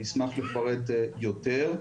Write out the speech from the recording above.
נשמח לפרט יותר.